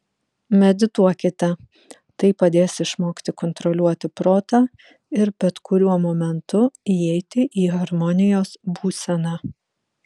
medituokite tai padės išmokti kontroliuoti protą ir bet kuriuo momentu įeiti į harmonijos būseną